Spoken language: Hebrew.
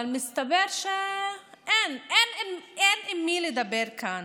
אבל מסתבר שאין, אין עם מי לדבר כאן.